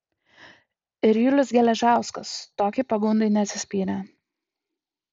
ir julius geležauskas tokiai pagundai neatsispyrė